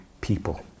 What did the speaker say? people